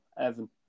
Evan